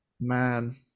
man